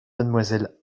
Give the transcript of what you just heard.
mademoiselle